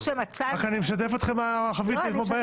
אני משתף אתכם מה חוויתי אתמול בערב.